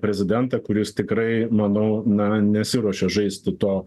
prezidentą kuris tikrai manau na nesiruošia žaisti to